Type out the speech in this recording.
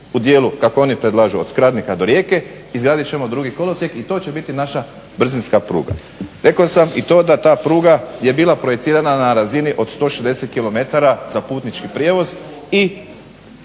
u dijelu kako oni predlažu od Skradnika do Rijeke izgradit ćemo drugi kolosijek i to će biti naša brzinska pruga. Rekao sam i to da ta pruga je bila projicirana na razini od 160 km za putnički prijevoz i